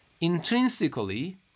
intrinsically